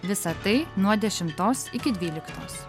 visa tai nuo dešimtos iki dvyliktos